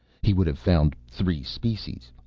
he would have found three species.